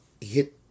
hit